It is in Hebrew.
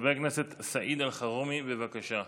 חבר הכנסת סעיד אלחרומי, בבקשה.